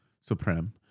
Supreme